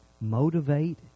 motivate